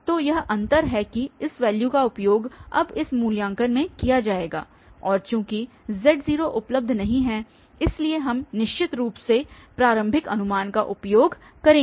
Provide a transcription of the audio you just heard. तो यह अंतर है कि इस वैल्यू का उपयोग अब इस मूल्यांकन में किया जाएगा और चूंकि z0 उपलब्ध नहीं है इसलिए हम निश्चित रूप से प्रारंभिक अनुमान का उपयोग करेंगे